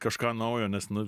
kažką naujo nes nu